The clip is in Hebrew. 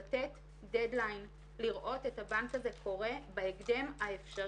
לתת דד ליין ולראות את הבנק הזה קורה בהקדם האפשרי.